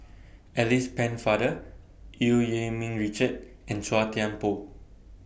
Alice Pennefather EU Yee Ming Richard and Chua Thian Poh